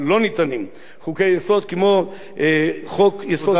כמו חוק-יסוד: כבוד האדם וחירותו.